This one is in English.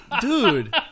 Dude